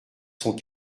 son